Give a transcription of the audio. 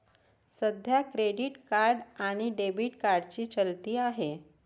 सध्या credit card आणि debit कार्डची चलती आहे